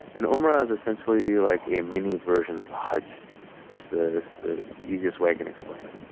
and umrah is essentially like a mini version of hajj it's the the easiest way i can explain it.